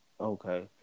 Okay